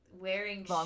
wearing